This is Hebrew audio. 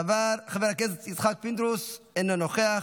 חבר הכנסת אבי מעוז אינו נוכח,